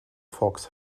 fox